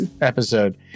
episode